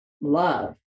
love